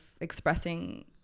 expressing